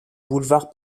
boulevard